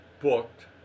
booked